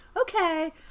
okay